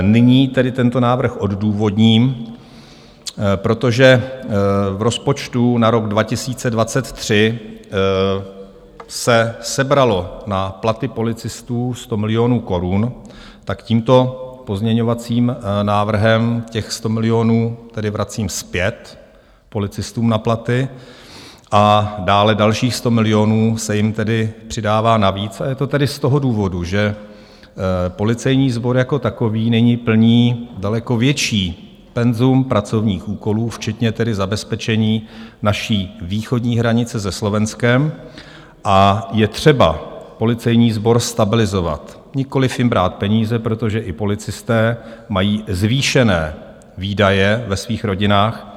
Nyní tento návrh odůvodním: protože v rozpočtu na rok 2023 se sebralo na platy policistů 100 milionů korun, tímto pozměňovacím návrhem těch 100 milionů vracím zpět policistům na platy a dále dalších 100 milionů se jim přidává navíc, a je to z toho důvodu, že policejní sbor jako takový nyní plní daleko větší penzum pracovních úkolů včetně zabezpečení naší východní hranice se Slovenskem, a je třeba policejní sbor stabilizovat, nikoliv jim brát peníze, protože policisté mají zvýšené výdaje ve svých rodinách.